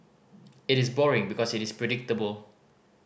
it is boring because it is predictable